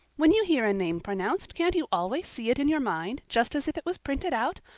when you hear a name pronounced can't you always see it in your mind, just as if it was printed out?